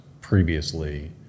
previously